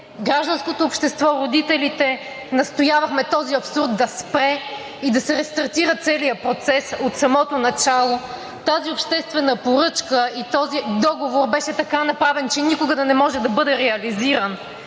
гражданското общество, родителите, настоявахме този абсурд да спре и да се рестартира целият процес от самото начало. Тази обществена поръчка и този договор беше така направен, че никога да не може да бъде реализиран.